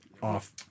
off